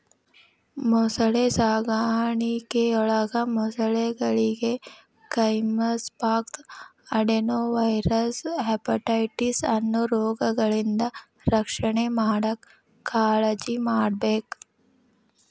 ಮೊಸಳೆ ಸಾಕಾಣಿಕೆಯೊಳಗ ಮೊಸಳೆಗಳಿಗೆ ಕೈಮನ್ ಪಾಕ್ಸ್, ಅಡೆನೊವೈರಲ್ ಹೆಪಟೈಟಿಸ್ ಅನ್ನೋ ರೋಗಗಳಿಂದ ರಕ್ಷಣೆ ಮಾಡಾಕ್ ಕಾಳಜಿಮಾಡ್ಬೇಕ್